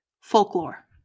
folklore